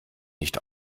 nicht